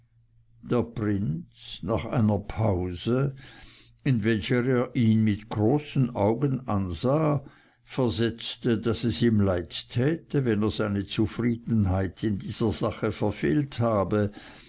der prinz nach einer pause in welcher er ihn mit großen augen ansah versetzte daß es ihm leid täte wenn er seine zufriedenheit in dieser sache verfehlt habe